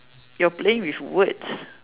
you're playing with words